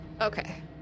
Okay